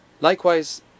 Likewise